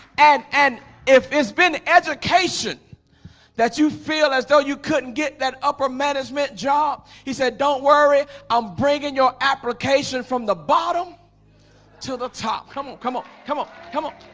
and and if it's been education that you feel as though you couldn't get that upper management job. he said don't worry i'm bringing your application from the bottom to the top. come on, come on, come on, come on